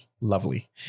lovely